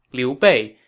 liu bei,